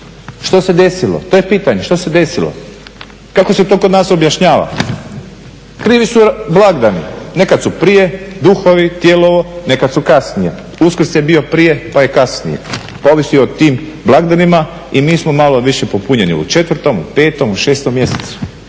Što se desilo? To je pitanje, što se desilo? Kako se to kod nas objašnjava? Krivi su blagdani, nekad su prije Duhovi, Tijelovo nekad su kasnije. Uskrs je bio prije pa je kasnije, pa ovisi o tim blagdanima i mi smo malo više popunjeni u 4., u 5.u 6.mjesecu,